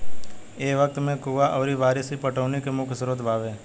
ए वक्त में कुंवा अउरी बारिस ही पटौनी के मुख्य स्रोत बावे